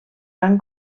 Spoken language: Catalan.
van